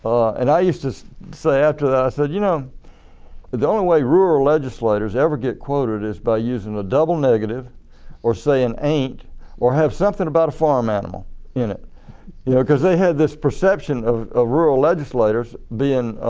and i used to say after that, i said you know the only way rural legislators ever get quoted is by using a double negative or saying and ain't or have something about a farm animal in it. you know because they have this perception of ah rural legislators being